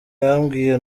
yambwiye